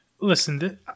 Listen